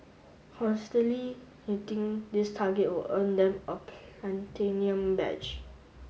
constantly hitting this target would earn them a platinum badge